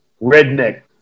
redneck